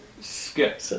skip